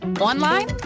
Online